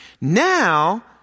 Now